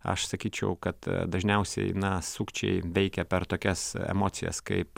aš sakyčiau kad dažniausiai sukčiai veikia per tokias emocijas kaip